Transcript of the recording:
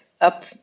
up